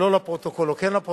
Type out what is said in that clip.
שלא לפרוטוקול או כן לפרוטוקול,